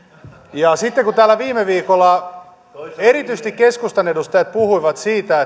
sitten kun täällä viime viikolla erityisesti keskustan edustajat puhuivat siitä